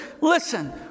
listen